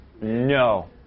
no